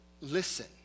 listen